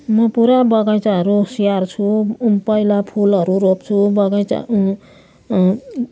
म पुरा बगैँचाहरू स्याहार्छु पहिला फुलहरू रोप्छु बगैँचा